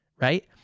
right